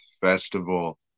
festival